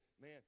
man